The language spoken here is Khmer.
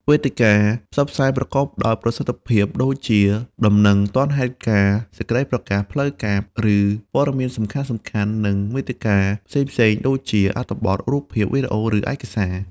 វេទិកាផ្សព្វផ្សាយប្រកបដោយប្រសិទ្ធភាពដូចជា ដំណឹង ទាន់ហេតុការណ៍ សេចក្តីប្រកាស ផ្លូវការ ឬព័ត៌មានសំខាន់ៗ និងមាតិកា ផ្សេងៗដូចជា អត្ថបទ រូបភាព វីដេអូ ឬឯកសារ។